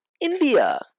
India